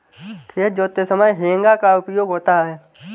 खेत जोतते समय हेंगा का उपयोग होता है